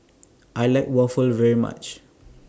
I like Waffle very much